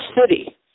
city